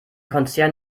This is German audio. konzern